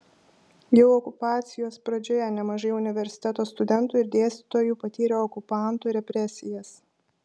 jau okupacijos pradžioje nemažai universiteto studentų ir dėstytojų patyrė okupantų represijas